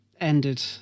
ended